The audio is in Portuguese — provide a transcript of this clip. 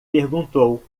perguntou